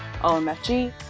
omfg